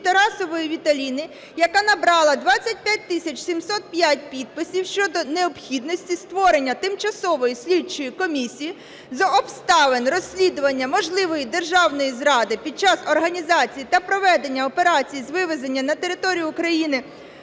Тарасової Віталіни, яка набрала 25 тисяч 705 підписів, щодо необхідності створення Тимчасової слідчої комісії з обставин розслідування можливої державної зради під час організації та проведення операції з вивезення на територію України